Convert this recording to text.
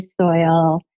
soil